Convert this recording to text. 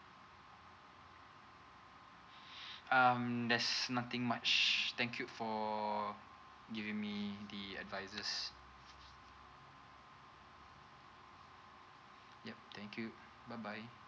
um there's nothing much thank you for giving me the advices yup thank you bye bye